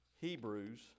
Hebrews